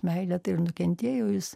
meilę tai ir nukentėjo jis